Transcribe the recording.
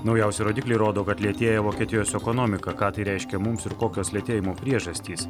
naujausi rodikliai rodo kad lėtėja vokietijos ekonomika ką tai reiškia mums ir kokios lėtėjimo priežastys